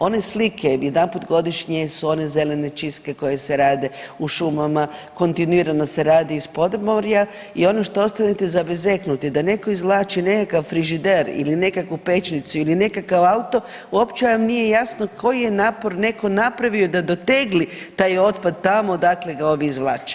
One slike, jedanput godišnje su one zelene čistke koje se rade u šumama, kontinuirano se radi iz podmorja i ono što ostanete zabezeknuti, da netko izvlači nekakav frižider ili nekakvu pećnicu ili nekakav auto, uopće vam nije jasno, koji je napor netko napravio da dotegli taj otpad tamo, odakle ga ovi izvlače.